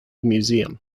museum